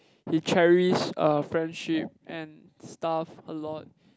he cherish uh friendship and stuff a lot